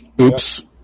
Oops